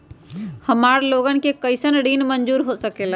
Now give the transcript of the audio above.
हमार लोगन के कइसन ऋण मंजूर हो सकेला?